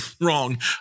wrong